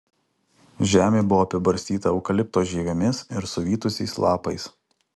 žemė buvo apibarstyta eukalipto žievėmis ir suvytusiais lapais